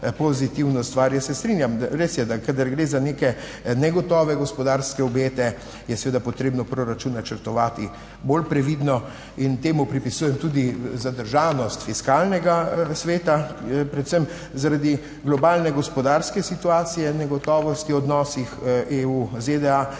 pozitivno stvar. Jaz se strinjam, res je, da kadar gre za neke negotove gospodarske obete je seveda potrebno proračun načrtovati bolj previdno. In temu pripisujem tudi zadržanost Fiskalnega sveta, predvsem zaradi globalne gospodarske situacije, negotovosti v odnosih EU-ZDA,